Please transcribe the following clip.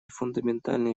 фундаментальные